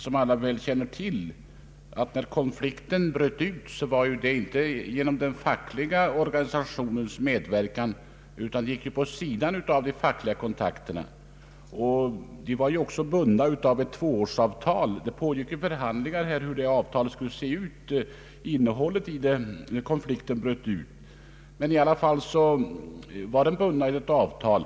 Som alla känner till utbröt konflikten inte genom den fackliga organisationens agerande, utan konflikten uppstod helt vid sidan av gängse fackliga kontakter. Arbetarna var bundna av ett tvåårsavtal.